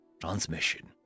transmission